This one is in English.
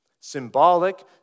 Symbolic